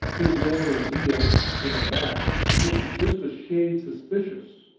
his loyal zeal in a mask looks just a shade suspicious.